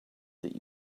that